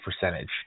percentage